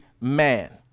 man